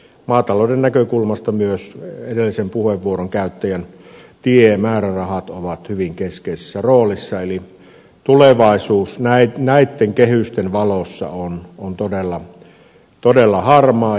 maatalouden näkökulmasta myös edellisen puheenvuoron käyttäjän mainitsemat tiemäärärahat ovat hyvin keskeisessä roolissa eli tulevaisuus näitten kehysten valossa on todella harmaa